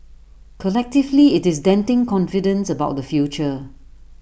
collectively IT is denting confidence about the future